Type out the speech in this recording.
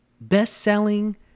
best-selling